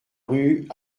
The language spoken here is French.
rue